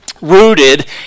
rooted